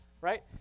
Right